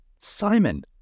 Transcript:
Simon